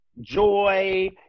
joy